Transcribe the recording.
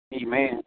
Amen